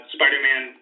Spider-Man